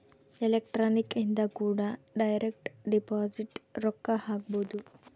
electronic ಇಂದ ಕೂಡ direct deposit ರೊಕ್ಕ ಹಾಕ್ಬೊದು